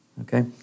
okay